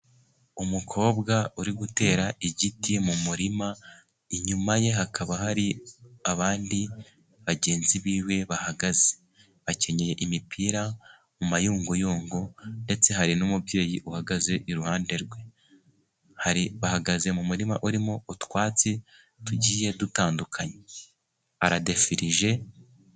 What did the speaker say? Umukobwa uri gutera igiti mu murima, inyuma ye hakaba hari abandi bagenzi biwe bahagaze. Bakenye imipira mu mayunguyungu, ndetse hari n'umubyeyi uhagaze iruhande rwe. Bahagaze mu murima urimo utwatsi tugiye dutandukanye. Aradefirije.